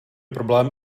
problém